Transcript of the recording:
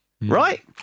Right